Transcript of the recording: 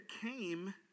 came